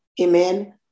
amen